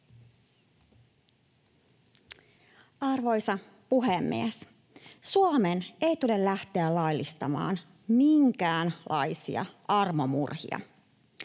Arvoisa puhemies! Suomen ei tule lähteä laillistamaan minkäänlaisia armomurhia.